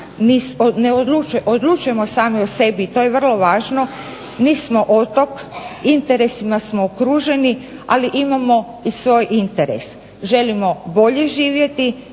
Odlučujemo sami o sebi i to je vrlo važni. Nismo otok, interesima smo okruženi, ali imamo i svoj interes – želimo bolje živjeti,